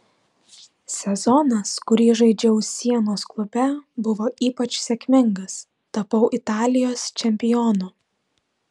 sezonas kurį žaidžiau sienos klube buvo ypač sėkmingas tapau italijos čempionu